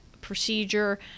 procedure